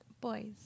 boys